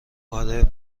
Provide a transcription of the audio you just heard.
آره